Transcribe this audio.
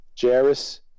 Jairus